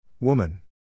Woman